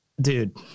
dude